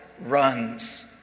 runs